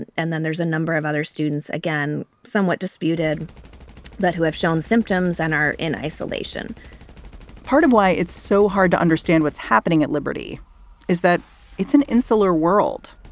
and and then there's a number of other students, again, somewhat disputed that who have shown symptoms and are in isolation part of why it's so hard to understand what's happening at liberty is that it's an insular world,